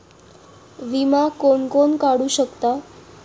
विमा कोण कोण काढू शकता?